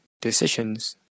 decisions